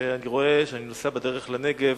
כשאני נוסע בדרך לנגב,